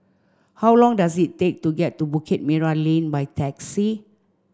how long does it take to get to Bukit Merah Lane by taxi